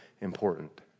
important